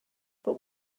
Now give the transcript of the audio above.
but